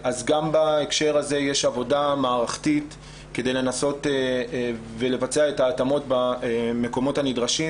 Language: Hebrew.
גם בהקשר הזה יש עבודה מערכתית כדי לנסות לבצע התאמות במקומות הנדרשים.